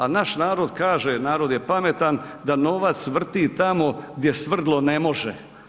A naš narod kaže, narod je pametan, da novac vrti tamo gdje svrdlo ne može.